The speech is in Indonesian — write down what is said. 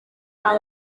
apa